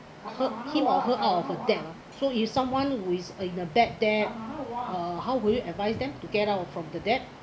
her him or her also them ah so if someone who is in a bad debt uh how would you advise them to get out from the debt